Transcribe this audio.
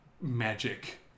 magic